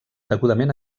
degudament